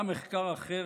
גם מחקר אחר,